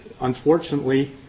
unfortunately